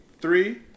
Three